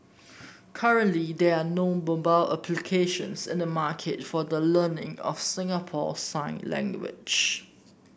currently there are no mobile applications in the market for the learning of Singapore sign language